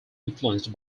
influenced